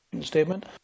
statement